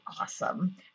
awesome